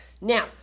Now